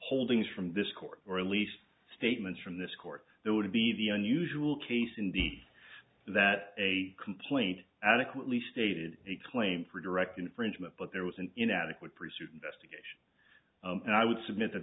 holdings from this court or at least statements from this court there would be the unusual case indeed that a complaint adequately stated a claim for direct infringement but there was an inadequate pursued investigation and i would submit